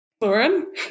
Lauren